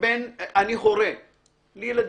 אני הורה לילדים.